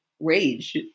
rage